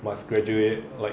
must graduate like